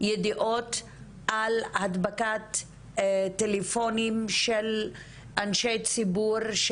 ידיעות על הדבקת טלפונים של אנשי ציבור,